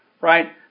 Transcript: right